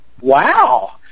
wow